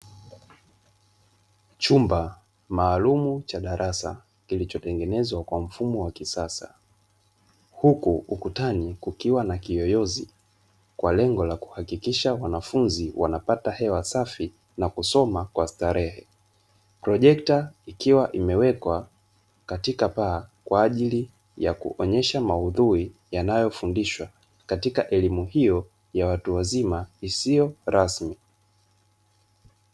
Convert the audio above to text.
Chumba maalumu cha darasa kilichotengenezwa kwa mfumo wa kisasa, huku ukutani kukiwa na kiyoyozi kwa lengo la kuhakikisha wanafunzi wanapata hewa safi na kusoma kwa starehe, "projector" ikiwa imewekwa katika paa kwa ajili ya kuonyesha maudhui yanayofundishwa katika elimu hiyo ya watu wazima isiyo rasmi.